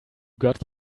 got